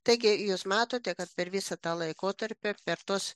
taigi jūs matote kad per visą tą laikotarpį per tuos